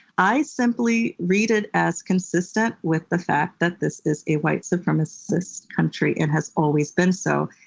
i simply read it as consistent with the fact that this is a white supremacist country and has always been so.